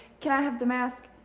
can i have the mask?